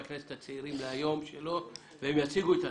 הכנסת הצעירים שלו להיום והם יציגו את עצמם.